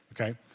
okay